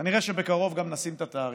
כנראה שבקרוב גם נשים את התאריך.